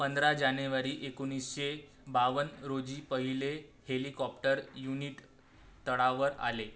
पंधरा जानेवारी एकोणीसशे बावन्न रोजी पहिले हेलिकॉप्टर युनिट तळावर आले